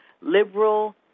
liberal